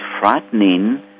frightening